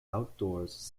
outdoors